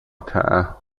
تعهد